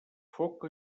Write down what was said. foc